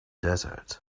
desert